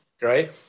right